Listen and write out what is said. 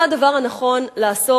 מה הדבר הנכון לעשות,